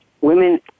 women